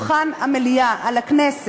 לאוטיסטים שנמצאות על שולחן המליאה בכנסת.